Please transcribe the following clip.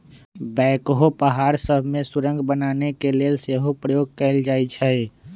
backhoe पहाड़ सभ में सुरंग बनाने के लेल सेहो प्रयोग कएल जाइ छइ